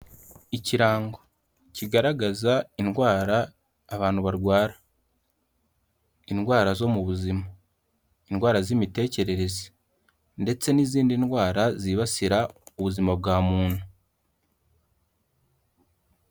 Ikirango kigaragaza indwara abantu barwara, indwara zo mu buzima, indwara z'imitekerereze ndetse n'izindi ndwara zibasira ubuzima bwa muntu.